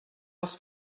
els